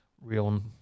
real